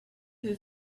who